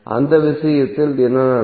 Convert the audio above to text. அந்த விஷயத்தில் என்ன நடக்கும்